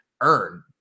earn